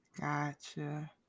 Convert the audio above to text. Gotcha